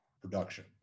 production